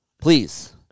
Please